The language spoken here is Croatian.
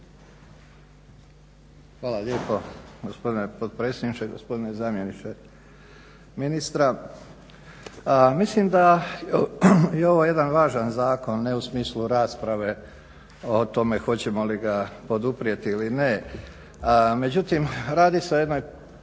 Hvala lijepo gospodine potpredsjedniče. Gospodine zamjeniče ministra. Mislim da je ovo jedan važan zakon, ne u smislu rasprave o tome hoćemo li ga poduprijeti ili ne, međutim radi se o jednoj